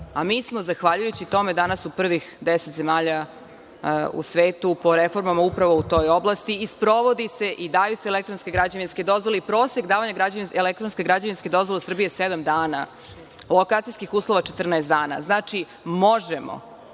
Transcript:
a mi smo zahvaljujući tome danas u prvih 10 zemalja u svetu po reformama upravo u toj oblasti. Sprovodi se i daju se elektronske građevinske dozvole i prosek davanja elektronske građevinske dozvole u Srbiji je sedam dana, lokacijskih uslova 14 dana. Znači, možemo.